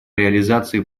реализации